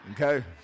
Okay